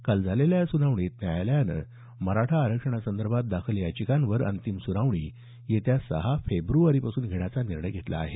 काल झालेल्या या सुनावणीत न्यायालयानं मराठा आरक्षण संदर्भात दाखल याचिकांवर अंतिम सुनावणी येत्या सहा फेब्रवारीपासून घेण्याचा निर्णय घेतला आहे